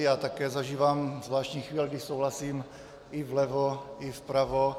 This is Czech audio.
Já také zažívám zvláštní chvíle, kdy souhlasím i vlevo i vpravo.